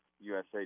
USA